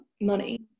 money